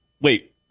wait